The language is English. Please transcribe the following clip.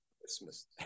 Christmas